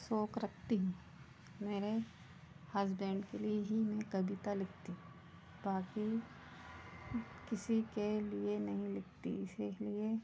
शौक़ रखती हूँ मेरे हसबेंड के लिए ही मैं कविता लिखती हूँ बाक़ी किसी के लिए नहीं लिखती इसीलिए